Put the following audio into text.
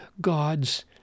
God's